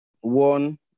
One